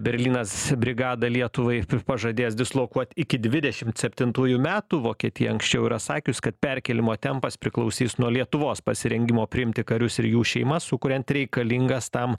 berlynas brigadą lietuvai pažadėjęs dislokuot iki dvidešimt septintųjų metų vokietija anksčiau yra sakius kad perkėlimo tempas priklausys nuo lietuvos pasirengimo priimti karius ir jų šeimas sukuriant reikalingas tam